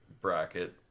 bracket